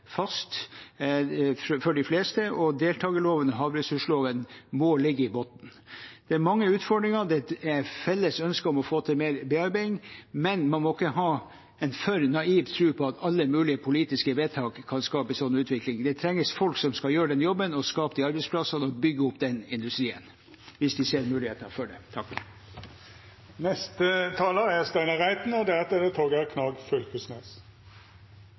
fast for de fleste. Deltakerloven og havressursloven må ligge i bunn. Det er mange utfordringer. Det er et felles ønske om å få til mer bearbeiding, men man må ikke ha en for naiv tro på at alle mulige politiske vedtak kan skape en sånn utvikling. Det trengs folk som skal gjøre den jobben, som skaper de arbeidsplassene og bygger opp den industrien hvis de ser muligheter i det. Mens debatten har gått, har jeg sittet og